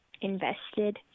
invested